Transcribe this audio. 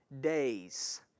days